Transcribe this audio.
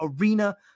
arena